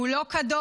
הוא לא קדוש.